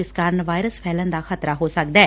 ਜਿਸ ਕਾਰਨ ਵਾਇਰਸ ਫੈਲਣ ਦਾ ਖ਼ਤਰਾ ਹੋ ਸਕਦੈ